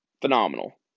phenomenal